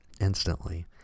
Instantly